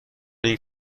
این